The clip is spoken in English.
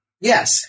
yes